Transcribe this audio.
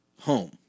home